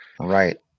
Right